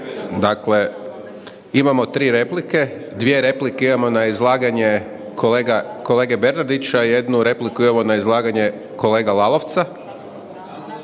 Dakle, imamo tri replike, dvije replike imamo na izlaganje kolege Bernardića, jednu repliku imamo na izlaganje kolege Lalovca.